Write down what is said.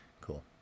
cool